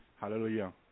hallelujah